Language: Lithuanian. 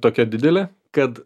tokia didelė kad